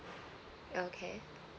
okay